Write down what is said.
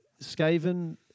Skaven